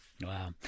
Wow